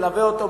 מלווה אותו,